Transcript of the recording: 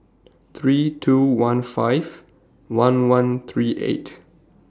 three two one five one one three eight